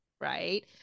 right